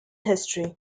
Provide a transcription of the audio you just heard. history